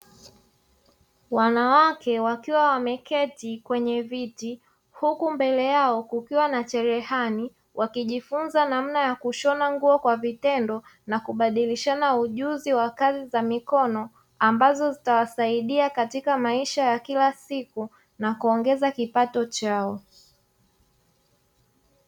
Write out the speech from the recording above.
Wanawake wameketi kwenye viti huku mbele yao kukiwa na cherehani wakijifunza namna ya kushona nguo kwa vitendo, na kubadilishana ujuzi wa kazi za mikono, ambazo zitawasaidia katika maisha ya kila siku na kuongeza kipato chao.